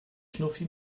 schnuffi